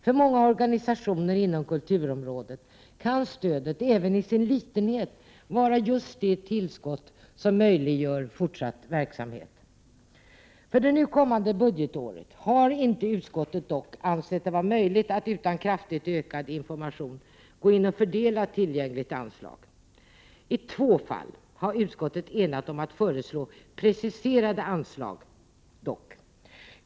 För många organisationer inom kulturområdet kan stödet även i sin litenhet vara just det tillskott som möjliggör fortsatt verksamhet. För det nu kommande budgetåret har dock inte utskottet ansett det vara möjligt att utan kraftigt ökad information gå in och fördela tillgängligt anslag. I två fall har emellertid utskottet enats om att föreslå preciserade anslag.